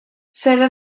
sede